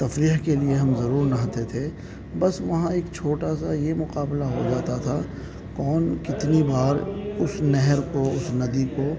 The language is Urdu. تفریح کے لیے ہم ضرور نہاتے تھے بس وہاں ایک چھوٹا سا یہ مقابلہ ہو جاتا تھا کون کتنی بار اس نہر کو اس ندی کو